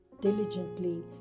diligently